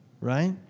Right